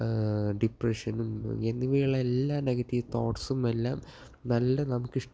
ഡിപ്രഷനും എന്നിങ്ങനെയുള്ള എല്ലാ നെഗേറ്റീവ് തോട്ട്സും എല്ലാം നല്ല നമുക്കിഷ്